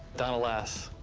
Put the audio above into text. donna lass.